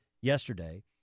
yesterday